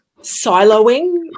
siloing